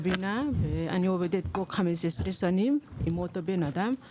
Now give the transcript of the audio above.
אני עובדת פה 15 שנים עם אותו בן אדם.